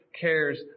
cares